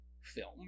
film